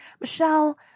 Michelle